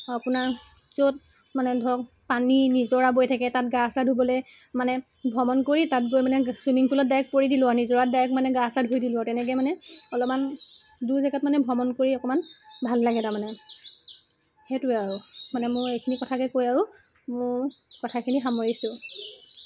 আৰু আপোনাৰ য'ত মানে ধৰক পানী নিজৰা বৈ থাকে তাত গা চা ধুবলৈ মানে ভ্ৰমণ কৰি তাত গৈ মানে ছুইমিং পুলত ডাইৰেক্ট পৰি দিলো আৰু নিজৰাত ডাইৰেক্ট মানে গা চা ধুই দিলো আৰু তেনেকৈ মানে অলপমান দূৰ জেগাত মানে ভ্ৰমণ কৰি অকণমান ভাল লাগে তাৰমানে সেইটোৱে আৰু মানে মোৰ এইখিনি কথাকে কৈ আৰু মোৰ কথাখিনি সামৰিছো